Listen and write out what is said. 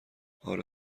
آره